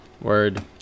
Word